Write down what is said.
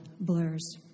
blurs